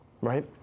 right